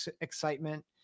excitement